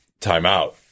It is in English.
timeout